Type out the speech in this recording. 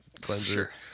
cleanser